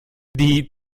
die